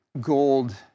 Gold